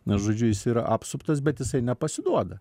na žodžiu jis yra apsuptas bet jisai nepasiduoda